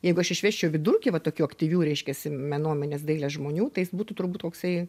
jeigu aš išvesčiau vidurkį va tokių aktyvių reiškiasi menomenės dailės žmonių tai jis būtų turbūt koksai